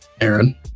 Aaron